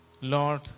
Lord